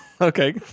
Okay